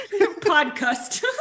Podcast